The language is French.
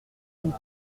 une